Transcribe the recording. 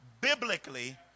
biblically